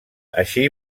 així